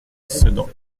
sedan